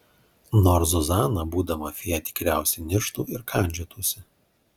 nors zuzana būdama fėja tikriausiai nirštų ir kandžiotųsi